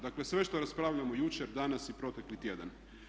Dakle sve što raspravljamo jučer, danas i protekli tjedan.